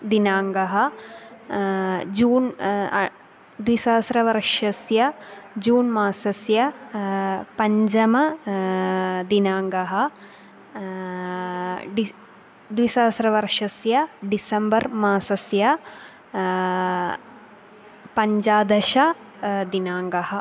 दिनाङ्कः जून् द्विसहस्रवर्षस्य जून् मासस्य पञ्चम दिनाङ्कः डिस् द्विसहस्रवर्षस्य डिसेम्बर् मासस्य पञ्चादश दिनाङ्कः